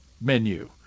menu